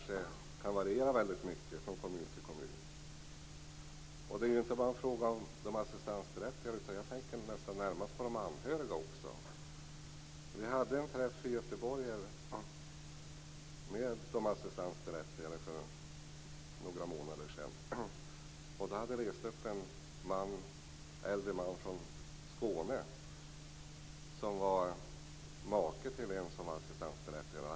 Den kan variera väldigt mycket från kommun till kommun. Det är inte bara fråga om de assistansberättigade. Jag tänker närmast på de anhöriga. Vi hade en träff i Göteborg med de assistansberättigade för några månader sedan. Då hade en äldre man från Skåne rest upp. Han var make till en assistansberättigad kvinna.